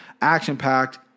action-packed